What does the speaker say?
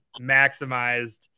maximized